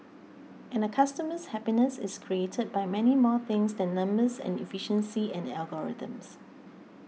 and a customer's happiness is created by many more things than numbers and efficiency and algorithms